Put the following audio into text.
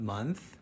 Month